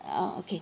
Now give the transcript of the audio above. ah okay